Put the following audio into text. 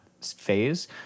phase